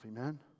amen